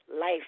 life